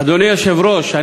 אדוני היושב-ראש,